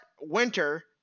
winter